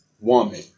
woman